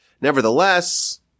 Nevertheless